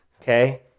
okay